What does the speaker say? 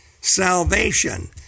salvation